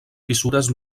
fissures